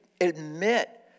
admit